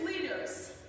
leaders